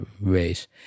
ways